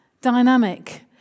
dynamic